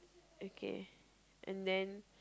okay and then